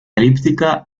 elíptica